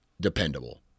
dependable